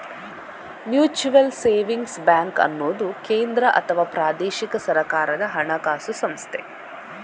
mutual savings bank ಅನ್ನುದು ಕೇಂದ್ರ ಅಥವಾ ಪ್ರಾದೇಶಿಕ ಸರ್ಕಾರದ ಹಣಕಾಸು ಸಂಸ್ಥೆ